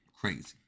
crazy